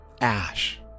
ash